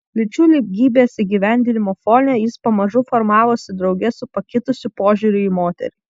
lyčių lygybės įgyvendinimo fone jis pamažu formavosi drauge su pakitusiu požiūriu į moterį